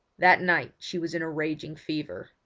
that night she was in a raging fever.